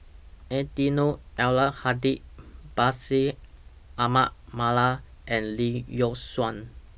Eddino Abdul Hadi Bashir Ahmad Mallal and Lee Yock Suan